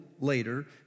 later